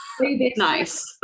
Nice